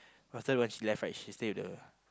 after when she left right she stay with the